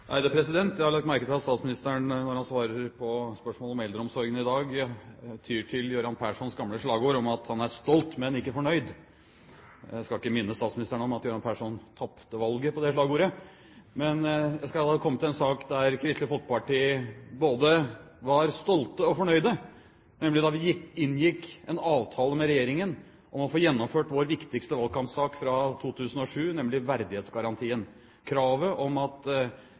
Jeg har lagt merke til at statsministeren når han svarer på spørsmål om eldreomsorgen i dag, tyr til Göran Perssons gamle slagord om at han er stolt, men ikke fornøyd. Jeg skal ikke minne statsministeren om at Göran Persson tapte valget på det slagordet. Jeg skal komme til en sak der Kristelig Folkeparti både var stolt og fornøyd, nemlig da vi inngikk en avtale med regjeringen om å få gjennomført vår viktigste valgkampsak fra 2007, verdighetsgarantien – kravet om at